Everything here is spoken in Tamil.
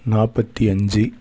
நாற்பத்தி அஞ்சு